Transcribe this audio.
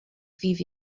ddydd